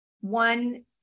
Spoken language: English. one